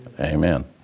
Amen